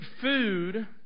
food